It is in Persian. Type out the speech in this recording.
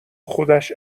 خودش